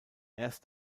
erst